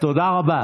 תודה רבה.